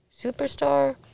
superstar